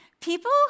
People